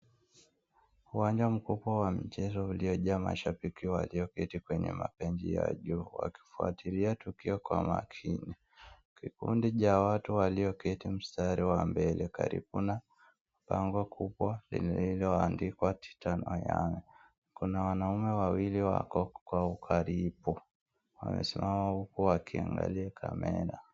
Uwanja mkubwa wa mchezo uliojaa mashabiki walioketi kwenye mabenji ya juu wakifuatilia tukio kwa makini. Kikundi cha watu walioketi mstari wa mbele karibu na bango kubwa lililoandikwa Titan or Younger . Kuna wanaume wawili wako kwa ukaribu, wamesimama huku wakiangalia kamera.